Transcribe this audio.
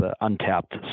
untapped